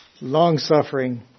long-suffering